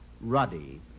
Ruddy